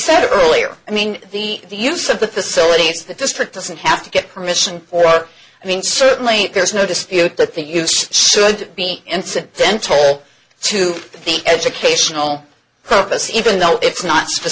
said earlier i mean the use of the facility if the district doesn't have to get permission or i mean certainly there's no dispute that the use should be incidental to the educational purpose even though it's not